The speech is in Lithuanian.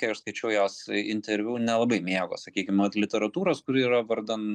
kai aš skaičiau jos interviu nelabai mėgo sakykim vat literatūros kur yra vardan